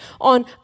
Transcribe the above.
on